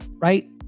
Right